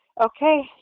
Okay